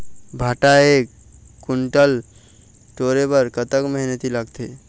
भांटा एक कुन्टल टोरे बर कतका मेहनती लागथे?